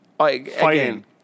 fighting